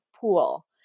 pool